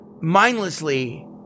mindlessly